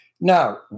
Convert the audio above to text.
Now